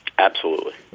absolutely.